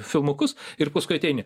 filmukus ir paskui ateini